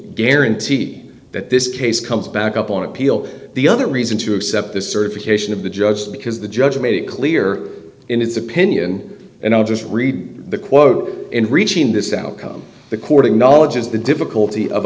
guarantee that this case comes back up on appeal the other reason to accept the certification of the judge because the judge made it clear in his opinion and i'll just read the quote in reaching this outcome the court acknowledges the difficulty of